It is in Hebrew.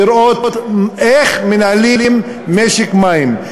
לראות איך מנהלים משק מים.